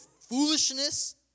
foolishness